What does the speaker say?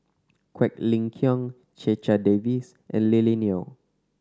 Quek Ling Kiong Checha Davies and Lily Neo